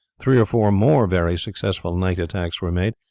three or four more very successful night attacks were made,